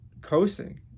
coasting